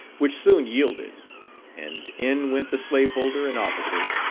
which soon yielded and in went the slaveholder and officer,